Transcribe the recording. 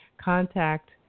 contact